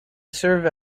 serve